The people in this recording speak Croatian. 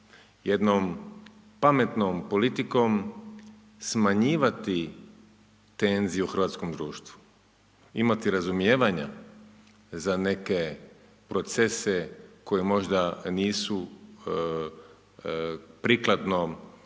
jednom pametnom politikom smanjivati tenziju u hrvatskom društvu, imati razumijevanja za neke procese koji možda nisu prikladnom